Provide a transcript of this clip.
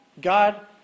God